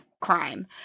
crime